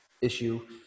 issue